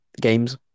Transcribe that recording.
games